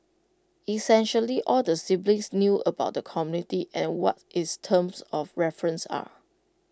essentially all the siblings knew about the committee and what its terms of reference are